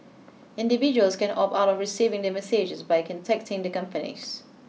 individuals can opt out of receiving the messages by contacting the companies